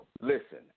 Listen